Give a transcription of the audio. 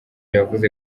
yavuze